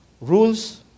rules